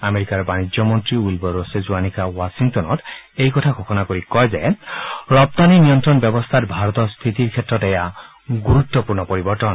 আমেৰিকাৰ বাণিজ্য মন্ত্ৰী উইলবৰ ৰছে যোৱা নিশা ৱাশ্বিংটনত এই কথা ঘোষণা কৰি কয় যে ৰপ্তানি নিয়ন্ত্ৰণ ব্যৱস্থাত ভাৰতৰ স্থিতিৰ ক্ষেত্ৰত এয়া গুৰুত্বপূৰ্ণ পৰিৱৰ্তন